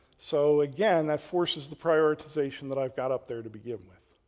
so, again, that forces the prioritization that i've got up there to begin with.